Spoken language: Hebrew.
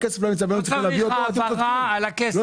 יש העברה על הכסף הזה.